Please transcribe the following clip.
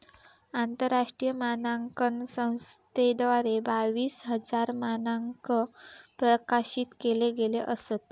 आंतरराष्ट्रीय मानांकन संस्थेद्वारा बावीस हजार मानंक प्रकाशित केले गेले असत